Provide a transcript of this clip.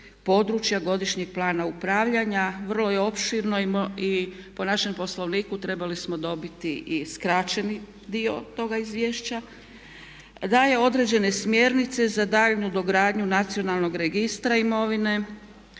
područja godišnjeg plana upravljanja, vrlo je opširno i po našem Poslovniku trebali smo dobiti i skraćeni dio toga izvješća, daje određene smjernice za daljnju dogradnju nacionalnog registra imovine